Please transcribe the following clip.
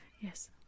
Yes